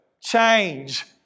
change